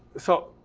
so,